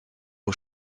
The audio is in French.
aux